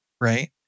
right